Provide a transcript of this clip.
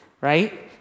right